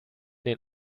den